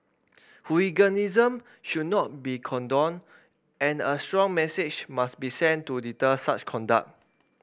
hooliganism should not be condoned and a strong message must be sent to deter such conduct